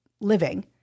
living